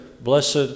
Blessed